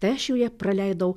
tai aš joje praleidau